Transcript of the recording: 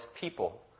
people